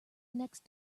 next